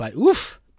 oof